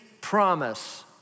promise